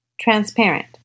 transparent